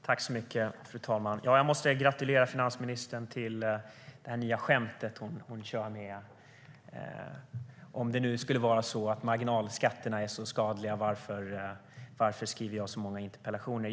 Fru talman! Jag måste gratulera finansministern till det nya skämtet hon kör, det vill säga att om det nu skulle vara så att marginalskatterna är så skadliga, varför skriver jag då så många interpellationer?